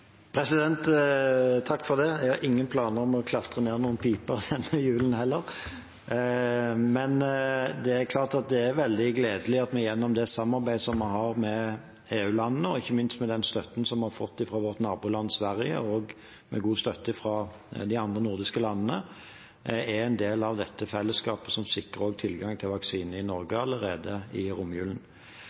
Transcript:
Jeg har ingen planer om å klatre ned noen pipe denne julen heller! Det er veldig gledelig at vi gjennom det samarbeidet vi har med EU-landene, og ikke minst med den støtten vi har fått fra vårt naboland Sverige, og med god støtte fra de andre nordiske landene, er en del av det fellesskapet som sikrer tilgang til vaksine i Norge allerede i romjulen.